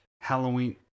Halloween